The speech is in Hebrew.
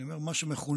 אני אמר "מה שמכונה"